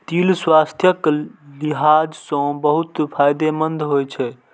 तिल स्वास्थ्यक लिहाज सं बहुत फायदेमंद होइ छै